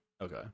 Okay